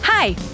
Hi